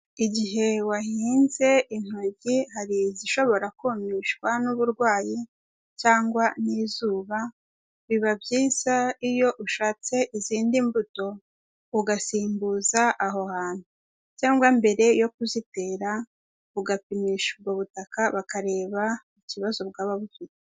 Igihe wahinze intoryi hari izishobora kumishwa n'uburwayi cyangwa n'izuba. Biba byiza iyo ushatse izindi mbuto ugasimbuza aho hantu, cyangwa mbere yo kuzitera ugapimisha ubwo butaka bakareba ikibazo bwaba bufite.